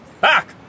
Back